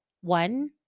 one